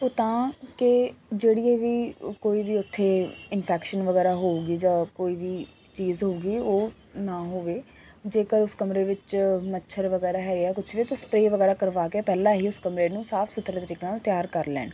ਉਹ ਤਾਂ ਕਿ ਜਿਹੜੀ ਵੀ ਕੋਈ ਵੀ ਉੱਥੇ ਇਨਫੈਕਸ਼ਨ ਵਗੈਰਾ ਹੋਊਗੀ ਜਾਂ ਕੋਈ ਵੀ ਚੀਜ਼ ਹੋਊਗੀ ਉਹ ਨਾ ਹੋਵੇ ਜੇਕਰ ਉਸ ਕਮਰੇ ਵਿੱਚ ਮੱਛਰ ਵਗੈਰਾ ਹੈਗੇ ਆ ਕੁਛ ਵੀ ਤਾਂ ਸਪਰੇ ਵਗੈਰਾ ਕਰਵਾ ਕੇ ਪਹਿਲਾਂ ਹੀ ਉਸ ਕਮਰੇ ਨੂੰ ਸਾਫ ਸੁਥਰੇ ਤਰੀਕੇ ਨਾਲ ਤਿਆਰ ਕਰ ਲੈਣ